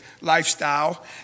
lifestyle